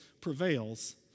prevails